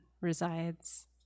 resides